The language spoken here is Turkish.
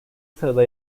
sırada